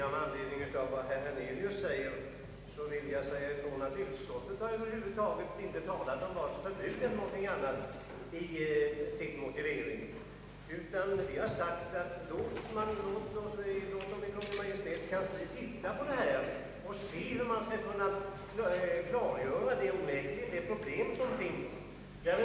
Herr talman! Med anledning av vad herr Hernelius anförde vill jag påpeka att utskottet i sin motivering över huvud taget inte har talat om vare sig förbud eller annat. Utskottet har endast velat låta Kungl. Maj:ts kansli titta på det här och undersöka hur man skall kunna komma till rätta med det problem som onekligen finns.